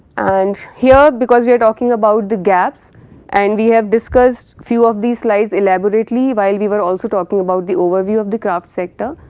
and here because we are talking about the gaps and we have discussed few of the slide elaborately while we were also talking about the overview of the craft sector,